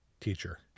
teacher